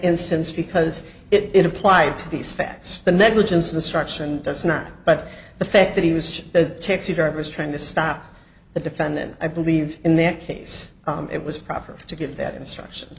instance because it applied to these facts the negligence instruction does not but the fact that he was the taxi driver is trying to stop the defendant i believe in that case it was proper to give that instruction